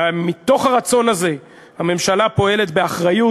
מתוך הרצון הזה הממשלה פועלת באחריות.